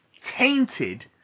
tainted